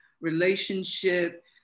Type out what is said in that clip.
relationship